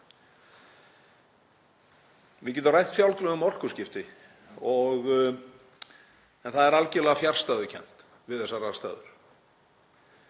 Við getum rætt fjálglega um orkuskipti en það er algerlega fjarstæðukennt við þessar aðstæður.